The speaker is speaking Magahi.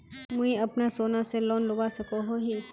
मुई अपना सोना से लोन लुबा सकोहो ही?